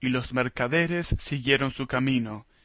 y los mercaderes siguieron su camino